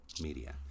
media